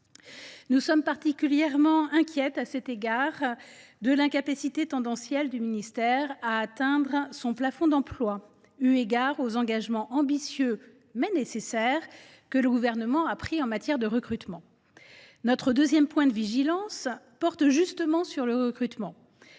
nous sommes particulièrement inquiètes de l’incapacité tendancielle du ministère à atteindre son plafond d’emplois, eu égard aux engagements ambitieux, mais nécessaires, que le Gouvernement a pris en matière de recrutement. Notre deuxième point de vigilance porte justement sur le recrutement,